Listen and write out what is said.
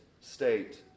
state